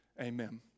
amen